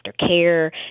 aftercare